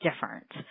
different